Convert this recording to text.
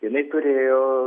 jinai turėjo